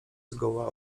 zgoła